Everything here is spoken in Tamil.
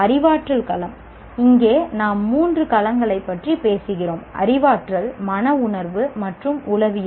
அறிவாற்றல் களம் இங்கே நாம் மூன்று களங்களைப் பற்றி பேசுகிறோம் அறிவாற்றல் மன உணர்வு மற்றும் உளவியல்